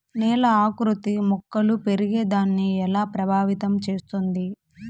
నేల ఆకృతి మొక్కలు పెరిగేదాన్ని ఎలా ప్రభావితం చేస్తుంది?